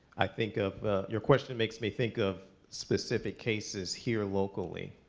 i think of your question makes me think of specific cases here, locally,